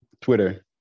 twitter